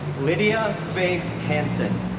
lydia faith hansen